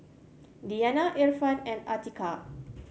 Diyana Irfan and Atiqah